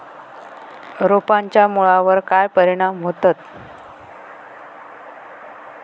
रोपांच्या मुळावर काय परिणाम होतत?